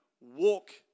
walk